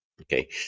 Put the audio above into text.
Okay